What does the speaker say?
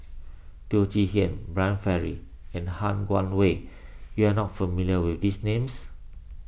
Teo Chee Hean Brian Farrell and Han Guangwei you are not familiar with these names